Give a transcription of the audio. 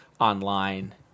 online